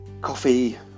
coffee